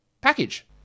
package